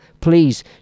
Please